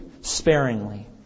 sparingly